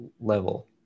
level